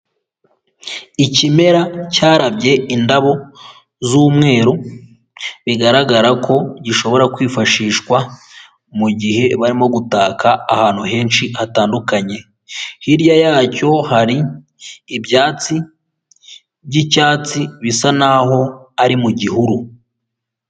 Ikimera cyarabye indabo z'umweru, bigaragara ko gishobora kwifashishwa mu gihe barimo gutaka ahantu henshi hatandukanye, hirya yacyo hari ibyatsi by'icyatsi bisa naho ari mu gihuru.